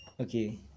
okay